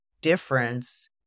difference